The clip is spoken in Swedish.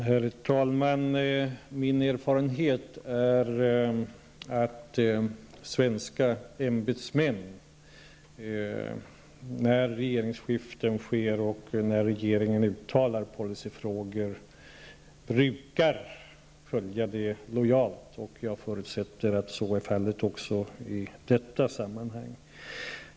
Herr talman! Min erfarenhet är att vid regeringsskiften och när regeringen uttalar sig i policyfrågor brukar svenska ämbetsmän lojalt följa det. Jag förutsätter att så också är fallet i detta sammanhang.